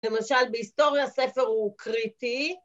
‫למשל בהיסטוריה ספר הוא קריטי